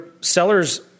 seller's